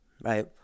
right